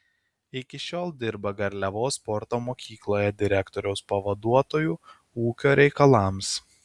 iki šiol dirba garliavos sporto mokykloje direktoriaus pavaduotoju ūkio reikalams